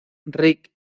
rick